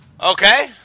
Okay